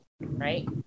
Right